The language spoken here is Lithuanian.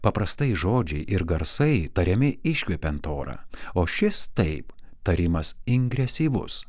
paprastai žodžiai ir garsai tariami iškvepiant orą o šis taip tarimas ingresyvus